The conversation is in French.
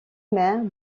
maire